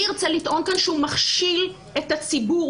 אני ארצה לטעון כאן שהוא מכשיל את הציבור.